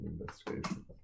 investigation